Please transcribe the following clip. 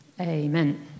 Amen